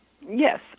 Yes